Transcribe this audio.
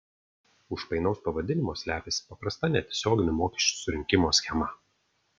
už painaus pavadinimo slepiasi paprasta netiesioginių mokesčių surinkimo schema